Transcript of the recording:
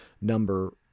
number